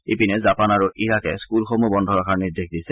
ইপিনে জাপান আৰু ইৰাকে স্ফুলসমূহ বন্ধ ৰখাৰ নিৰ্দেশ দিছে